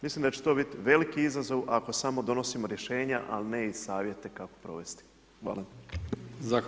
Mislim da će to biti veliki izazov ako samo donosimo rješenja ali ne i savjete kako provesti.